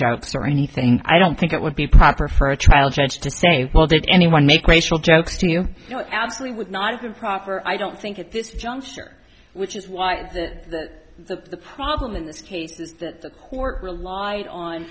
jokes or anything i don't think it would be proper for a trial judge to say well did anyone make racial jokes to you know absolutely would not have the proper i don't think at this juncture which is why it is that the problem in this case is that the court relied on